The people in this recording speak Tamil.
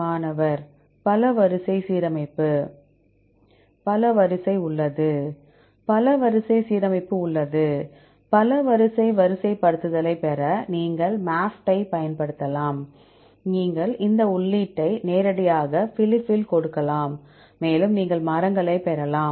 மாணவர் பல வரிசை சீரமைப்பு பல வரிசை உள்ளது பல வரிசை சீரமைப்பு உள்ளது பல வரிசை வரிசைப்படுத்தலைப் பெற நீங்கள் MAFFT ஐப் பயன்படுத்தலாம் இந்த உள்ளீட்டை நீங்கள் நேரடியாக பிலிப்பில் கொடுக்கலாம் மேலும் நீங்கள் மரங்களைப் பெறலாம்